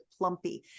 plumpy